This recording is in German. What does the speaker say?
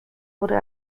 wurde